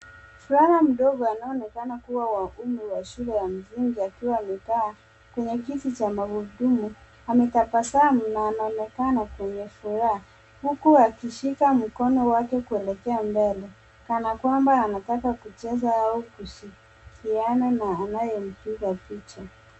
Mvulana mdogo anayeonekana kuwa wa umri wa shule ya msingi akiwa amekaa kwenye kiti cha magurudumu. Ametabasamu na anaonekana mwenye furaha, huku akishika mkono wake kuelekea mbele kana kwamba anataka kucheza au kushirikiana na anayempiga picha.